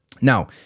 Now